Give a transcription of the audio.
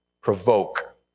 provoke